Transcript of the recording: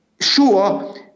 sure